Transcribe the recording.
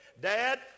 Dad